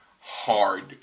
hard